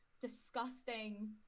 disgusting